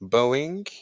Boeing